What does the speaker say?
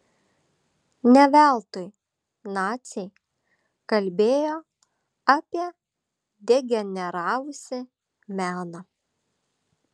ne veltui naciai kalbėjo apie degeneravusį meną